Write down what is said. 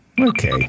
Okay